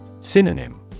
Synonym